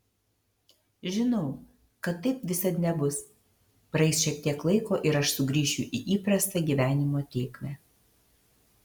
žinau kad taip visad nebus praeis šiek tiek laiko ir aš sugrįšiu į įprastą gyvenimo tėkmę